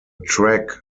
track